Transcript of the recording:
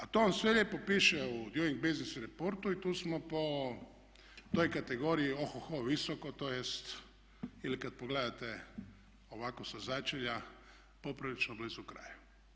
A to vam sve lijepo piše u Doing Business Reportu i tu smo po toj kategoriji ohoho visoko, tj. ili kad pogledate ovako sa začelja poprilično blizu kraju.